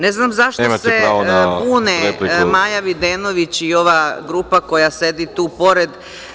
Ne znam zašto se bune Maja Videnović i ova grupa koja sedi tu pored.